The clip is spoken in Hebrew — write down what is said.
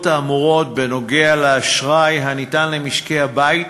האמורות בנושא האשראי הניתן למשקי-הבית